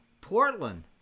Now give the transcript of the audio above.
Portland